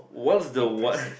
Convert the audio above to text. what's the what